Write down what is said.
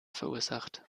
verursacht